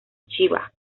chiba